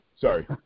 Sorry